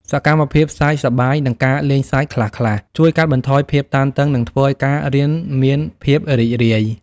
សកម្មភាពសើចសប្បាយ និងការលេងសើចខ្លះៗ ជួយកាត់បន្ថយភាពតានតឹង និងធ្វើឱ្យការរៀនមានភាពរីករាយ។